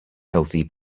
healthy